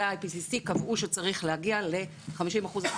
וה-IPPC קבעו שצריך להגיע ל-50 אחוזים